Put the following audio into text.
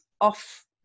off